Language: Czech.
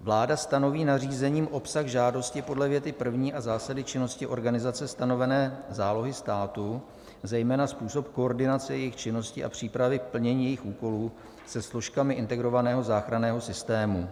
Vláda stanoví nařízením obsah žádosti podle věty první a zásady činnosti organizace stanovené zálohy státu, zejména způsob koordinace jejich činnosti a přípravy plnění jejich úkolů se složkami integrovaného záchranného systému.